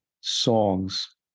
songs